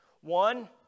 One